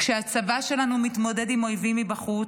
כשהצבא שלנו מתמודד עם אויבים מבחוץ,